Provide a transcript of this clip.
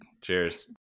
Cheers